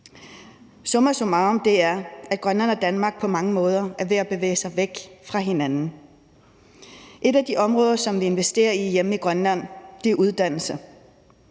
Summa summarum er, at Grønland og Danmark på mange måder er ved at bevæge sig væk fra hinanden. Et af de områder, som vi investerer i hjemme i Grønland, er uddannelse,